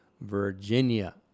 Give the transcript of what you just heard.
Virginia